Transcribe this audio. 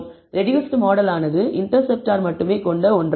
reduced model ஆனது interceptor மட்டுமே கொண்ட ஒன்றாகும்